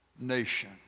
nation